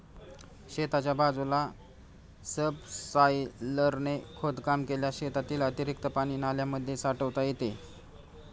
शेताच्या बाजूला सबसॉयलरने खोदकाम केल्यास शेतातील अतिरिक्त पाणी नाल्यांमध्ये साठवता येते